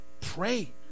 Pray